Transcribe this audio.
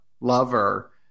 Lover